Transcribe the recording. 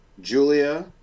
Julia